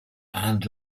and